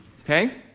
Okay